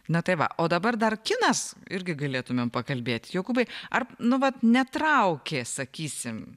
na tai va o dabar dar kinas irgi galėtumėm pakalbėt jokūbai ar nu vat netraukė sakysim